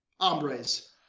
hombres